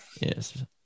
Yes